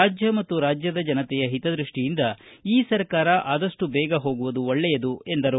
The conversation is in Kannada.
ರಾಜ್ಯ ಮತ್ತು ರಾಜ್ಯದ ಜನತೆಯ ಹಿತದೃಷ್ಟಿಯಿಂದ ಈ ಸರ್ಕಾರ ಆದಷ್ಟು ಬೇಗ ಹೋಗುವುದು ಒಳ್ಳೆಯದು ಎಂದರು